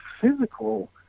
physical